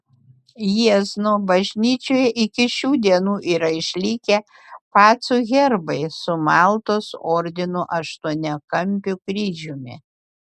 jiezno bažnyčioje iki šių dienų yra išlikę pacų herbai su maltos ordino aštuoniakampiu kryžiumi